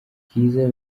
kizza